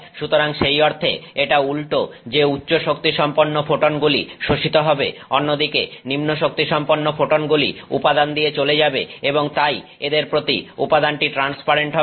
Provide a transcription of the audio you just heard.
সুতরাং সেই অর্থে এটা উল্টো যে উচ্চ শক্তিসম্পন্ন ফোটনগুলি শোষিত হবে অন্যদিকে নিম্ন শক্তিসম্পন্ন ফোটনগুলি উপাদান দিয়ে চলে যাবে এবং তাই এদের প্রতি উপাদানটি ট্রান্সপারেন্ট হবে